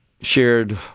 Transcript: shared